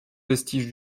vestige